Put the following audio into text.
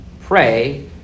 pray